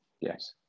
Yes